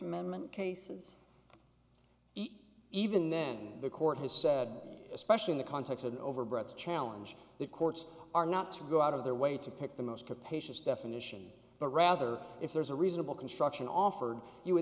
amendment cases eat even then the court has said especially in the context of an overbroad challenge that courts are not to go out of their way to pick the most capacious definition but rather if there's a reasonable construction offered you